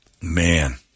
Man